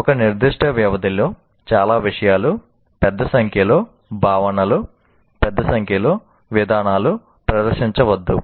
ఒక నిర్దిష్ట వ్యవధిలో చాలా విషయాలు పెద్ద సంఖ్యలో భావనలు పెద్ద సంఖ్యలో విధానాలు ప్రదర్శించవద్దు